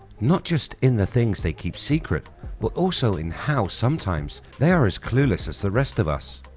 not just in the things they keep secret but also in how sometimes they are as clueless as the rest of us.